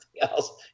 else